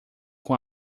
com